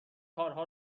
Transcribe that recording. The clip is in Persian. کارها